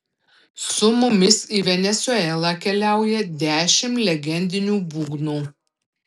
su mumis į venesuelą keliauja dešimt legendinių būgnų